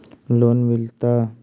Loan मिलता?